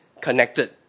connected